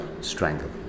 strangle